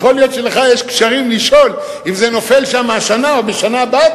יכול להיות שלך יש קשרים לשאול אם זה נופל שם השנה או בשנה הבאה,